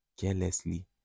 Carelessly